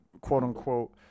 quote-unquote